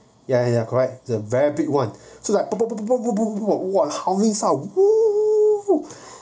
ya ya ya correct the very big one so like !whoa! howling sound